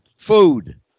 Food